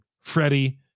Freddie